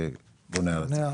בוני הארץ.